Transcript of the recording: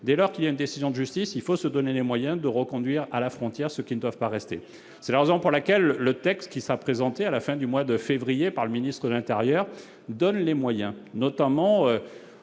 dès lors qu'il y a une décision de justice, il faut se donner les moyens de reconduire à la frontière, ce qui ne peuvent pas rester, c'est la raison pour laquelle le texte qui sera présenté à la fin du mois de février par le ministre de l'Intérieur, donne les moyens, notamment